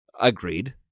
Agreed